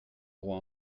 roi